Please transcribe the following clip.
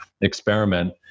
experiment